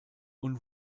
und